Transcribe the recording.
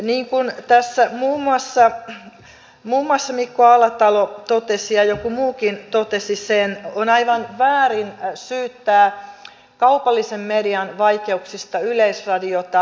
niin kuin tässä muun muassa mikko alatalo ja joku muukin totesi on aivan väärin syyttää kaupallisen median vaikeuksista yleisradiota